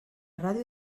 ràdio